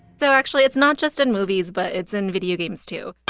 so actually, it's not just in movies, but it's in video games, too